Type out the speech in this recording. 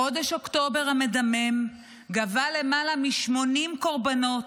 חודש אוקטובר המדמם גבה למעלה מ-80 קורבנות,